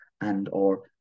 and/or